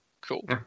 cool